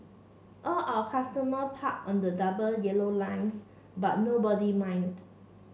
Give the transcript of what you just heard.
all our customer parked on the double yellow lines but nobody mind